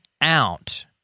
out